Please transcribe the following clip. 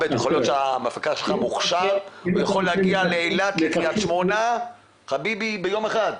יכול להיות שהמפקח שלך מוכשר ויכול להגיע לאילת ולקריית שמונה ביום אחד.